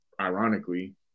ironically